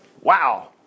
Wow